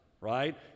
right